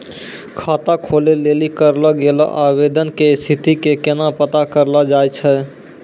खाता खोलै लेली करलो गेलो आवेदन के स्थिति के केना पता करलो जाय छै?